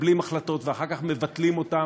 מקבלים החלטות ואחר כך מבטלים אותן,